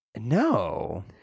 No